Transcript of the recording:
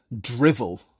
drivel